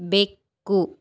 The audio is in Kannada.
ಬೆಕ್ಕು